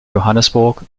johannesburg